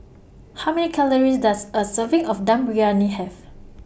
How Many Calories Does A Serving of Dum Briyani Have